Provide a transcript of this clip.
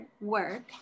work